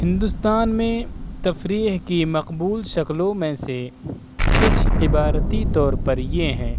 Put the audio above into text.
ہندوستان میں تفریح کی مقبول شکلوں میں سے کچھ عبارتی طور پر یہ ہیں